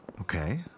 Okay